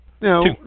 No